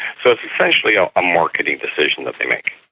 so it's essentially a marketing decision that they make.